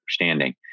understanding